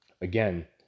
Again